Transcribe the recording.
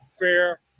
fair